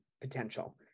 potential